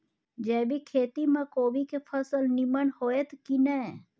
जैविक खेती म कोबी के फसल नीमन होतय की नय?